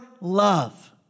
love